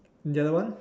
the other one